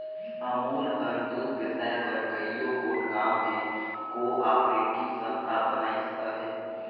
अमूल हर दूद बेसाए बर कइयो गोट गाँव में को आपरेटिव संस्था बनाइस अहे